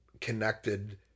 connected